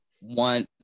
one